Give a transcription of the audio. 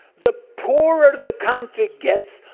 the poorer the country gets,